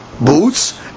boots